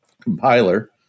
compiler